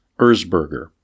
Erzberger